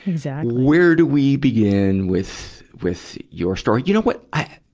and where do we begin with, with your story? you know what?